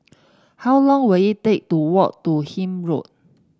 how long will it take to walk to Hythe Road